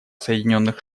соединенных